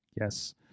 yes